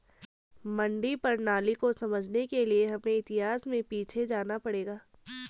मंडी प्रणाली को समझने के लिए हमें इतिहास में पीछे जाना पड़ेगा